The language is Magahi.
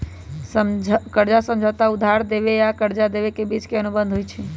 कर्जा समझौता उधार लेबेय आऽ कर्जा देबे के बीच के अनुबंध होइ छइ